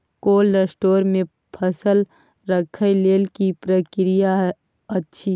Cold store मे फसल रखय लेल की प्रक्रिया अछि?